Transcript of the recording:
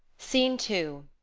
scene two.